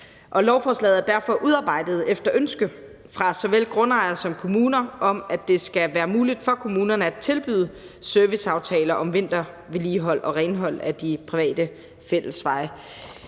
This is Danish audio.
Lovforslaget er derfor udarbejdet efter ønske fra såvel grundejere som kommuner om, at det skal være muligt for kommunerne at tilbyde serviceaftaler om vintervedligehold og renhold af de private fællesveje.